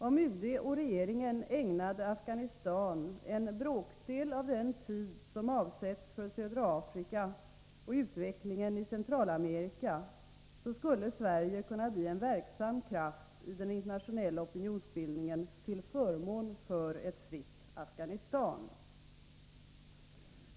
Om UD och regeringen ägnade Afghanistan en bråkdel av den tid som avsätts för södra Afrika och utvecklingen i Centralamerika, skulle Sverige kunna bli en verksam kraft i den internationella opinionsbildningen till förmån för ett fritt Afghanistan.